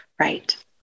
Right